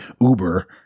Uber